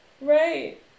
Right